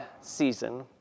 season